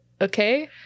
Okay